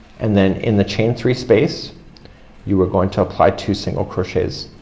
and then in the chain three space you are going to apply two single crochets.